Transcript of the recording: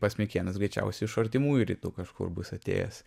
pats mikėnas greičiausiai iš artimųjų rytų kažkur bus atėjęs